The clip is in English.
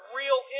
real